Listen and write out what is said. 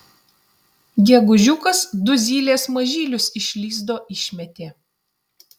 gegužiukas du zylės mažylius iš lizdo išmetė